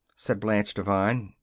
said blanche devine,